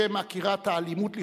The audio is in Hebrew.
בשם עקירת האלימות לכאורה,